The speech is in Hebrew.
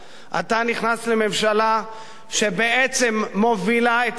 אתה נכנס לממשלה שבעצם מובילה את עם ישראל,